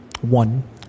one